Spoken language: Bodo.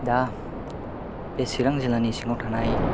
दा बे चिरां जिल्लानि सिङाव थानाय